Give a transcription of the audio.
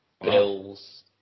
Bills